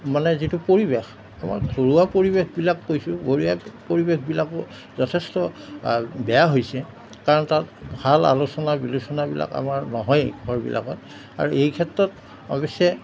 মানে যিটো পৰিৱেশ আমাৰ ঘৰুৱা পৰিৱেশবিলাক কৈছোঁ ঘৰিয়া পৰিৱেশবিলাকো যথেষ্ট বেয়া হৈছে কাৰণ তাত ভাল আলোচনা বিলোচনাবিলাক আমাৰ নহয়েই ঘৰবিলাকত আৰু এই ক্ষেত্ৰত অৱশ্যে